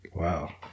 Wow